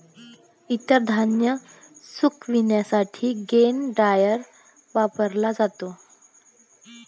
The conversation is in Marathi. इतर धान्य सुकविण्यासाठी ग्रेन ड्रायर वापरला जातो